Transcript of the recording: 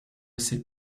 sait